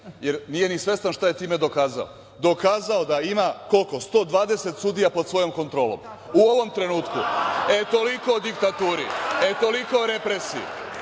jer nije ni svestan šta je time dokazao, dokazao je da ima 120 sudija pod svojom kontrolom u ovom trenutku. Toliko o diktaturi. Toliko o represiji.